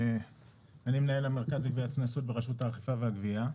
אני מנהל המרכז לגביית קנסות ברשות האכיפה והגבייה.